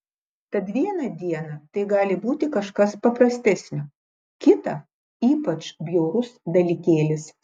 tad vieną dieną tai gali būti kažkas paprastesnio kitą ypač bjaurus dalykėlis